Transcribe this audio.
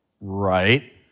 Right